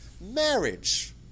marriage